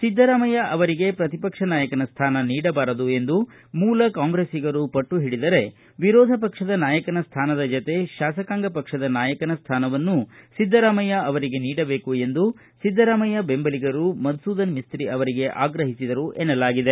ಸಿದ್ದರಾಮಯ್ಯ ಅವರಿಗೆ ಪ್ರತಿಪಕ್ಷೆ ನಾಯಕನ ಸ್ಥಾನ ನೀಡಬಾರದು ಎಂದು ಮೂಲ ಕಾಂಗ್ರೆಸ್ಲಿಗರು ಪಟ್ಟು ಹಿಡಿದರೆ ಪ್ರತಿಪಕ್ಷ ನಾಯಕನ ಸ್ಥಾನದ ಜತೆ ಶಾಸಕಾಂಗ ಪಕ್ಷದ ನಾಯಕನ ಸ್ಥಾನವನ್ನೂ ನೀಡಬೇಕು ಎಂದು ಸಿದ್ದರಾಮಯ್ಯ ಬೆಂಬಲಿಗರು ಮಧುಸೂಧನ ಮಿಸ್ತಿ ಅವರಿಗೆ ಆಗ್ರಹಿಸಿದರು ಎನ್ನಲಾಗಿದೆ